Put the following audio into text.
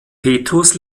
petrus